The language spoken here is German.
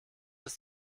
ist